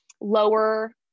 lower